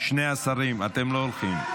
שני השרים, אתם לא הולכים.